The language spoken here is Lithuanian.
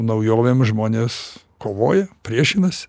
naujovėm žmonės kovoja priešinas